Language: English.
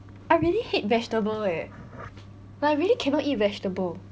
I really hate vegetable eh like I really cannot eat vegetable